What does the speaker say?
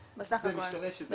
זה משתנה --- בסך הכול,